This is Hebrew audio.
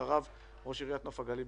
אחריו ראש עיריית נוף הגליל,